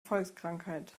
volkskrankheit